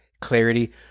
clarity